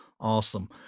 awesome